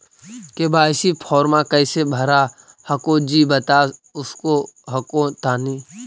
KYC फॉर्मा कैसे भरा हको जी बता उसको हको तानी?